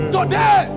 Today